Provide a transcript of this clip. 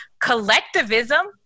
collectivism